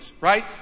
right